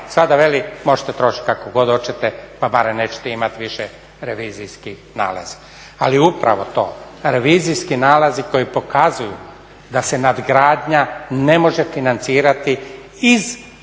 sada veli možete trošiti kako god hoćete pa barem nećete imati više revizijskih nalaza. Ali upravo to, revizijski nalazi koji pokazuju da se nadgradnja ne može financirati iz